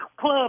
club